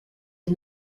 had